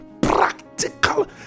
practical